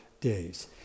days